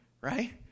right